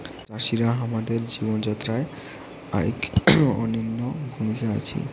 চাষিরা হামাদের জীবন যাত্রায় আইক অনইন্য ভূমিকার আছি